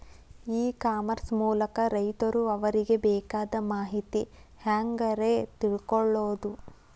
E commerce ಮೂಲಕ ರೈತರು ಅವರಿಗೆ ಬೇಕಾದ ಮಾಹಿತಿ ಹ್ಯಾಂಗ ರೇ ತಿಳ್ಕೊಳೋದು?